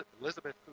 Elizabeth